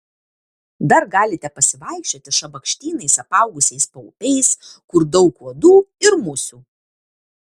dar galite pasivaikščioti šabakštynais apaugusiais paupiais kur daug uodų ir musių